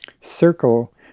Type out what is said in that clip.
circle